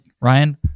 Ryan